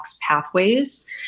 pathways